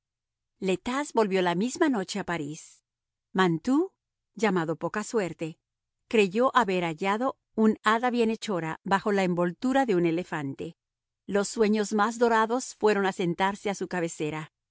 tas volvió la misma noche a parís mantoux llamado poca suerte creyó haber hallado un hada bienhechora bajo la envoltura de un elefante los sueños más dorados fueron a sentarse a su cabecera